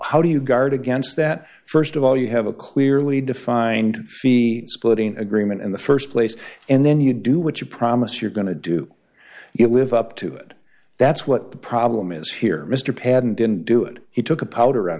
how do you guard against that st of all you have a clearly defined fee splitting agreement in the st place and then you do what you promise you're going to do it live up to it that's what the problem is here mr paddon didn't do it he took a powder on